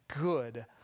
good